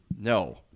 No